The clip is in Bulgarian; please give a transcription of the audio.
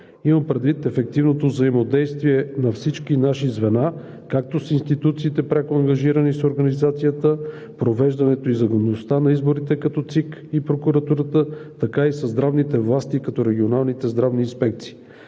Имам предвид ефективното взаимодействие на всички наши звена както с институциите, пряко ангажирани с организацията, провеждането и законността на изборите като ЦИК и прокуратурата, така и със здравните власти като регионалните здравни инспекции.